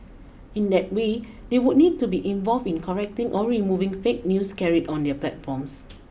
in that way they would need to be involved in correcting or removing fake news carried on their platforms